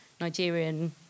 Nigerian